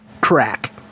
Crack